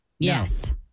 Yes